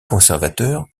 conservateur